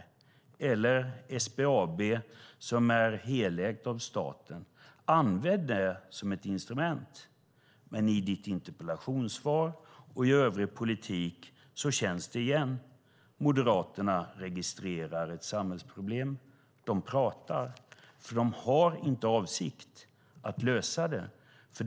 Detsamma gäller SBAB, som är helägt av staten. Använd det som ett instrument! I Peter Normans interpellationssvar och i övrig politik känns det igen - Moderaterna registrerar ett samhällsproblem. De pratar, eftersom de inte har för avsikt att lösa det.